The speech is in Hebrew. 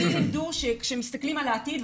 אותי לימדו שכשמסכלים על העתיד,